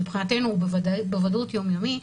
מבחינתנו הוא בוודאות יום יומי,